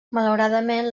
malauradament